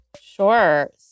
Sure